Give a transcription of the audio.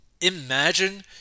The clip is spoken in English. imagine